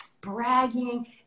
bragging